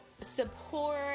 support